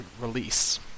release